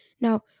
Now